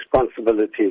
responsibility